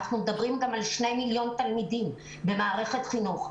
אנחנו מדברים גם על 2 מיליון תלמידים במערכת חינוך.